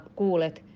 kuulet